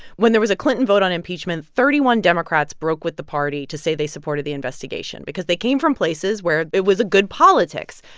when there was a clinton vote on impeachment, thirty one democrats broke with the party to say they supported the investigation because they came from places where it was a good politics.